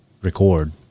record